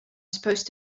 supposed